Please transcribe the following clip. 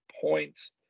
points